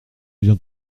viens